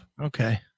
Okay